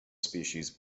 species